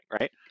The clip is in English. right